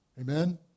Amen